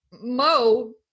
Mo